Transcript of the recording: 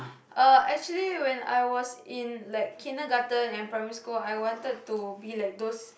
actually when I was in like kindergarten and primary school I wanted to be like those